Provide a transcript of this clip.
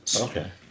Okay